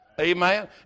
Amen